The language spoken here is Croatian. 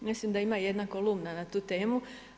Mislim da ima jedna kolumna na tu temu.